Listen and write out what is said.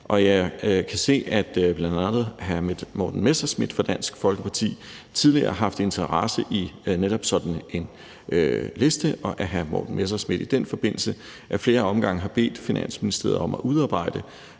og jeg kan se, at blandt andre hr. Morten Messerschmidt fra Dansk Folkeparti tidligere har haft interesse i netop sådan en liste, og at hr. Morten Messerschmidt i den forbindelse ad flere omgange har bedt Finansministeriet om at udarbejde